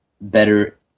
better